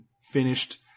finished